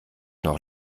noch